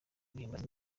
guhimbaza